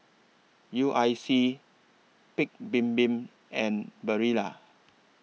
U I C Paik's Bibim and Barilla